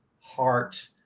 heart